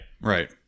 Right